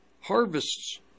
harvests